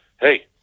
hey